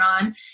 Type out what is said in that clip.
on